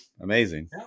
amazing